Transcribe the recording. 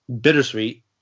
bittersweet